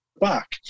back